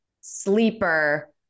sleeper